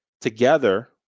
together